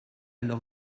leur